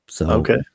Okay